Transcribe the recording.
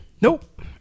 Nope